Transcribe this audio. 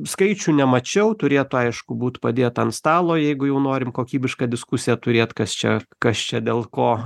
skaičių nemačiau turėtų aišku būt padėta ant stalo jeigu jau norim kokybišką diskusiją turėt kas čia kas čia dėl ko